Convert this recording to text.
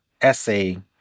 essay